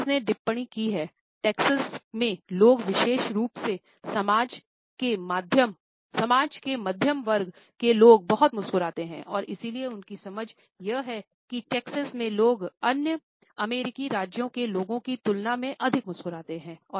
Ps ने टिप्पणी की है टेक्सास में लोग विशेष रूप से समाज के मध्यम वर्ग के लोग बहुत मुस्कुराते हैं और इसलिए उनकी समझ यह है कि टेक्सास में लोग अन्य अमेरिकी राज्यों के लोगो की तुलना में अधिक मुस्कुराते हैं